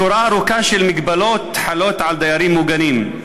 שורה ארוכה של הגבלות חלות על דיירים מוגנים,